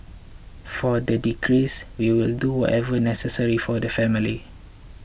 for the deceased we will do whatever necessary for the family